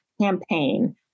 campaign